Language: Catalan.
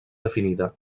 definida